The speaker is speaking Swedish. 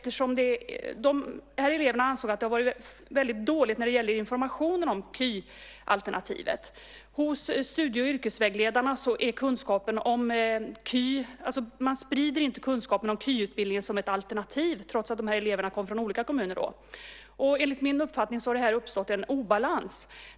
Eleverna ansåg att informationen om KY-alternativet varit väldigt dålig. De menade att studie och yrkesvägledarna inte sprider kunskapen om KY som ett alternativ, trots att dessa elever kom från olika kommuner. Här har det enligt min uppfattning uppstått en obalans.